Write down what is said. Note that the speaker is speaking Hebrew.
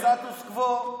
הסטטוס קוו יישמר.